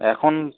এখন